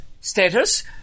status